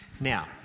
Now